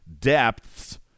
depths